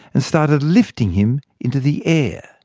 and started lifting him into the air.